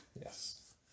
Yes